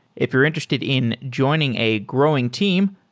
if you're interested in joining a growing team,